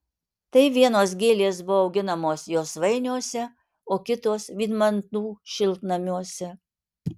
tai vienos gėlės buvo auginamos josvainiuose o kitos vydmantų šiltnamiuose